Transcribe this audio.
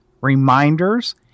reminders